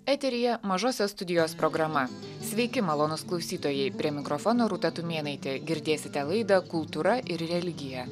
eteryje mažosios studijos programa sveiki malonūs klausytojai prie mikrofono rūta tumėnaitė girdėsite laidą kultūra ir religija